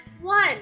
one